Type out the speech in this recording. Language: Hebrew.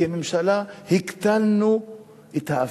כממשלה: הקטנו את האבטלה,